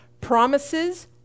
promises